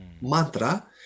Mantra